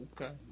Okay